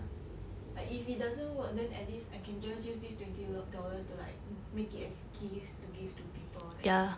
like if it doesn't work then at least I can just use this twenty dollars to like make it as gifts to give to people that kind